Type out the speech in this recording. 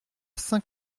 saint